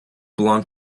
belong